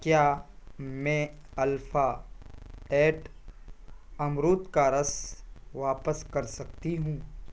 کیا میں alpha eight امرود کا رس واپس کر سکتی ہوں